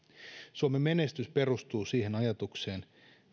suomen menestys perustuu siihen ajatukseen